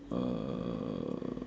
uh